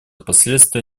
последствия